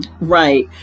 right